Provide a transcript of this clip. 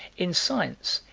in science,